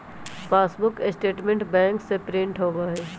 passbook statement bank से print होबा हई